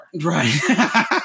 Right